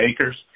acres